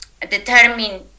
determine